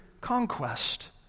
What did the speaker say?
conquest